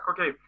Okay